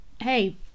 hey